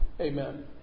Amen